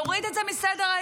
תוריד את זה מסדר-היום.